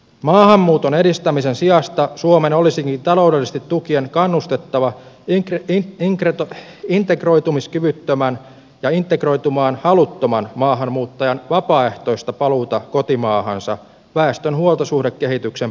maahanmuuton edistämisen sijasta suomen olisikin taloudellisesti tukien kannustettava integroitumiskyvyttömän ja integroitumaan haluttoman maahanmuuttajan vapaaehtoista paluuta kotimaahansa väestön huoltosuhdekehityksen parantamiseksi